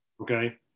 Okay